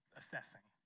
assessing